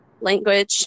language